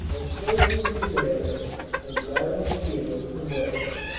and so through denain and valenciennes to mons.